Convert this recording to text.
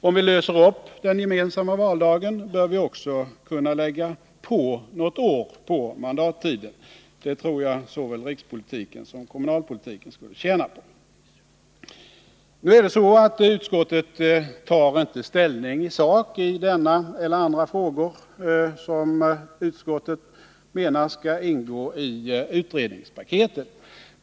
Om vi löser upp den gemensamma valdagen bör vi också kunna lägga på något år på mandattiden. Det tror jag såväl rikspolitiken som kommunalpolitiken skulle tjäna på. Utskottet tar inte ställning i sak i denna eller andra frågor som utskottet menar skall ingå i utredningspaketet.